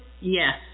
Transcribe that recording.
Yes